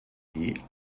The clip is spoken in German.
idee